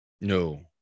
No